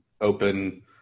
open